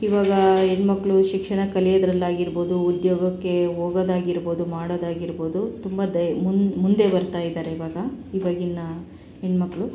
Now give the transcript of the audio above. ಇವಾಗ ಹೆಣ್ಮಕ್ಳು ಶಿಕ್ಷಣ ಕಲ್ಯೋದ್ರಲ್ಲಾಗಿರ್ಬೋದು ಉದ್ಯೋಗಕ್ಕೆ ಹೋಗದು ಆಗಿರ್ಬೋದು ಮಾಡೋದು ಆಗಿರ್ಬೋದು ತುಂಬ ದೈ ಮುಂದೆ ಮುಂದೆ ಬರ್ತಾ ಇದ್ದಾರೆ ಇವಾಗ ಇವಾಗಿನ ಹೆಣ್ಮಕ್ಳು